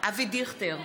אבי דיכטר,